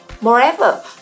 Moreover